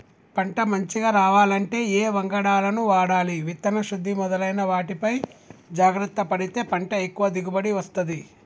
పంట మంచిగ రావాలంటే ఏ వంగడాలను వాడాలి విత్తన శుద్ధి మొదలైన వాటిపై జాగ్రత్త పడితే పంట ఎక్కువ దిగుబడి వస్తది